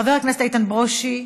חבר הכנסת איתן ברושי,